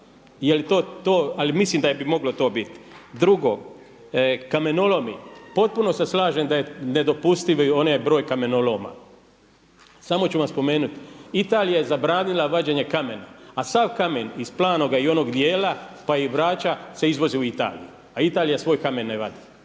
Ali mislim da bi moglo to biti. Drugo, kamenolomi. Potpuno se slažem da je nedopustiv onaj broj kamenoloma. Samo ću vam spomenuti Italija je zabranila vađenje kamena, a sav kamen iz …/Govornik se ne razumije./… i onog dijela pa i Brača se izvozi u Italiju, a Italija svoj kamen ne vadi.